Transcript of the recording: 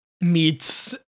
Meets